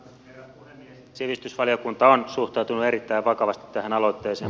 sivistysvaliokunta on suhtautunut erittäin vakavasti tähän aloitteeseen